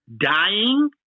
Dying